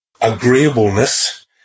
agreeableness